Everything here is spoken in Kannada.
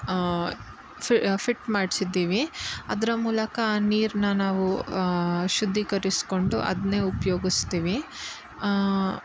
ಫಿಟ್ ಮಾಡಿಸಿದ್ದೀವಿ ಅದರ ಮೂಲಕ ನೀರನ್ನು ನಾವು ಶುದ್ಧೀಕರಿಸ್ಕೊಂಡು ಅದನ್ನೆ ಉಪ್ಯೋಗಿಸ್ತೀವಿ